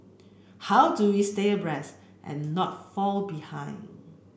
how do we stay abreast and not fall behind